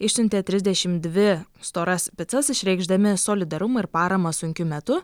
išsiuntė trisdešim dvi storas picas išreikšdami solidarumą ir paramą sunkiu metu